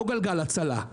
לא גלגל הצלה.